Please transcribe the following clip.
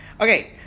Okay